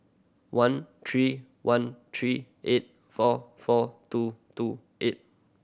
one three one three eight four four two two eight